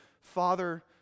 Father